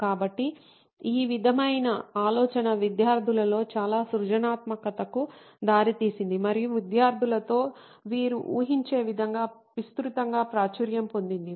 కాబట్టి ఈ విధమైన ఆలోచన విద్యార్థులలో చాలా సృజనాత్మకతకు దారితీసింది మరియు విద్యార్థులతో మీరు ఊహించే విధంగా విస్తృతంగా ప్రాచుర్యం పొందింది